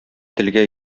телгә